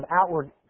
outward